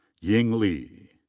ying li.